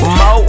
mo